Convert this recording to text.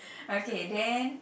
okay then